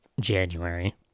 January